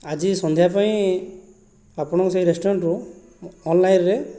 ଆଜି ସନ୍ଧ୍ୟା ପାଇଁ ଆପଣଙ୍କ ସେହି ରେଷ୍ଟୁରାଣ୍ଟରୁ ମୁଁ ଅନଲାଇନ୍ରେ